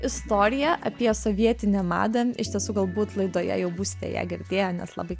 istorija apie sovietinę madą iš tiesų galbūt laidoje jau būsite ją girdėję nes labai